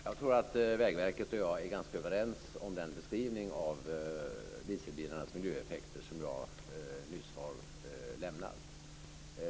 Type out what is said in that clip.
Fru talman! Jag tror att Vägverket och jag är ganska överens om den beskrivning av dieselbilarnas miljöeffekter som jag nyss har lämnat.